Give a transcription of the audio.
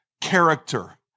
character